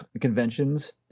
conventions